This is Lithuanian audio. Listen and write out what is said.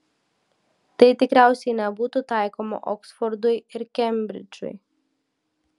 tai tikriausiai nebūtų taikoma oksfordui ir kembridžui